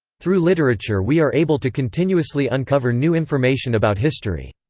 through literature we are able to continuously uncover new information about history.